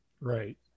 right